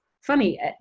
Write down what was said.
funny